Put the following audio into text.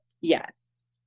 yes